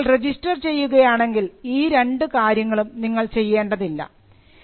എന്നാൽ നിങ്ങൾ രജിസ്റ്റർ ചെയ്യുകയാണെങ്കിൽ ഈ രണ്ടു കാര്യങ്ങളും നിങ്ങൾ ചെയ്യേണ്ടതില്ല